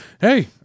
Hey